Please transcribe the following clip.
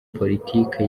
politike